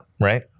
Right